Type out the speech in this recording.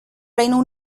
reino